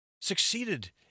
succeeded